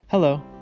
Hello